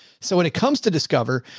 so when it comes to discover,